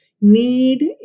need